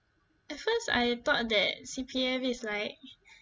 at first I thought that C_P_F is like